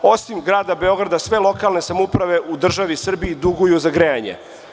Osim Grada Beograda, sve lokalne samouprave u državi Srbiji duguju za grejanje.